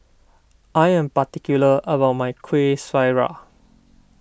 I am particular about my Kueh Syara